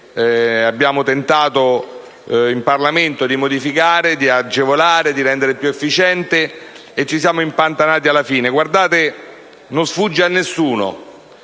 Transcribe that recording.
abbiamo tentato in Parlamento di modificare, di agevolare, di rendere tutto più efficiente per poi impantanarci alla fine. Guardate, colleghi: non sfugge a nessuno